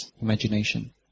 imagination